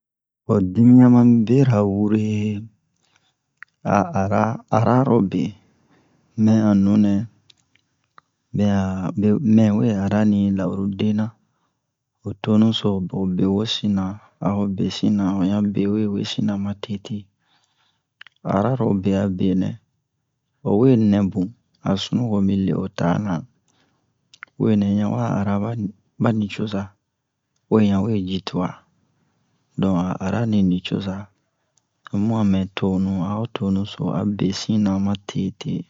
Ho dimiyan mami bera wure a ara ararobe mɛ'a nunɛ mɛ'a mɛ we arani la'urudena ho tonu so ho be wosina a ho besina ho yan be we wesina ma tete aranobe a benɛ o we nɛ bun a sunuwo mi le o ta na uwe nɛ yi wa ara ba ba nicoza uwe yan we ji tuwa don an arani nicoza o mu'a mɛ tonu a'o tonu so a besina ma tete